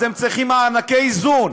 אז הם צריכים מענקי איזון,